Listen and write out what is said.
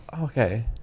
okay